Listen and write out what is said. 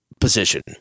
position